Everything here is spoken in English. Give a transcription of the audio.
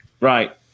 Right